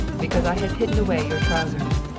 because i have hidden away your trousers.